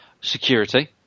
security